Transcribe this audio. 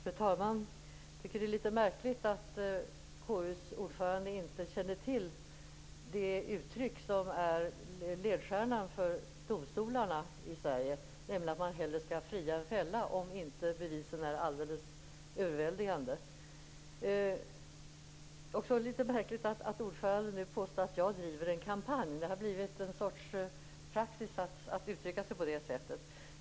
Fru talman! Jag tycker att det är litet märkligt att KU:s ordförande inte känner till det uttryck som är ledstjärnan för domstolarna i Sverige, nämligen att man hellre skall fria än fälla om inte bevisen är alldeles överväldigande. Det är också litet märkligt att ordföranden påstår att jag driver en kampanj mot utskottet. Det har blivit en sorts praxis att uttrycka sig på det sättet.